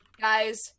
Guys